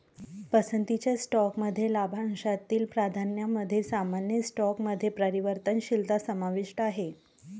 पसंतीच्या स्टॉकमध्ये लाभांशातील प्राधान्यामध्ये सामान्य स्टॉकमध्ये परिवर्तनशीलता समाविष्ट आहे